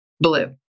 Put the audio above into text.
Blue